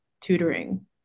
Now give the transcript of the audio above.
tutoring